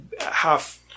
half